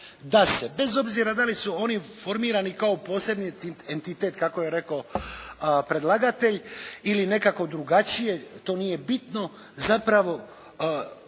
da se bez obzira da li su oni formirani kao posebni entitet kako je rekao predlagatelj ili nekako drugačije, to nije bitno. Zapravo